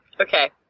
Okay